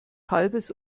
halbes